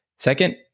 Second